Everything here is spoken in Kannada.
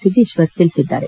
ಸಿದ್ದೇಶ್ವರ್ ಹೇಳಿದ್ದಾರೆ